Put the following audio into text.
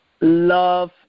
Love